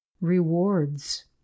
rewards